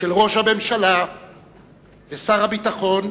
של ראש הממשלה ושר הביטחון